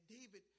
David